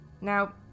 Now